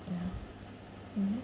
yeah mm